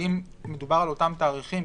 האם מדובר על אותם תאריכים?